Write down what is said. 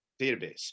database